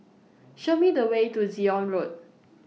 Show Me The Way to Zion Road